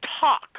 talk